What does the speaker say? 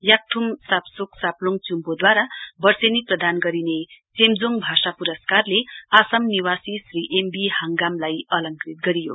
याक्थ्म साप्सोक साप्लोङ चुम्बोद्वारा वर्षेणी प्रदान गरिने चेम्जोङ भाषा पुरस्कारले आसाम निवासी श्री एमबी हाङगामलाई अलंकृत गरियो